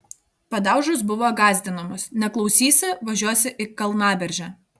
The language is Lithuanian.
padaužos buvo gąsdinamos neklausysi važiuosi į kalnaberžę